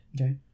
Okay